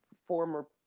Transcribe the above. former